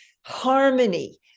harmony